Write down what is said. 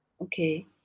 okay